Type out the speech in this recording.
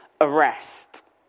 arrest